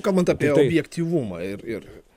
kalbant apie objektyvumą ir ir